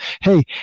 Hey